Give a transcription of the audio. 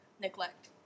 neglect